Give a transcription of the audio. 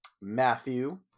Matthew